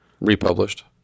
Republished